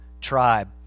tribe